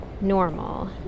normal